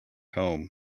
comb